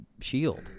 shield